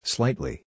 Slightly